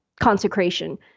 consecration